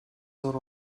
zor